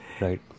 Right